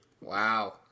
Wow